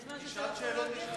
כי שעת שאלות יש לשר.